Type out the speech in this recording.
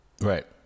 Right